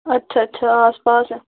अच्छा अच्छा आसपास ऐ